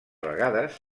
vegades